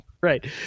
right